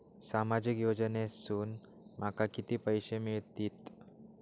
सामाजिक योजनेसून माका किती पैशे मिळतीत?